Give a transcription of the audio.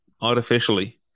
artificially